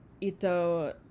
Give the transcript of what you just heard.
Ito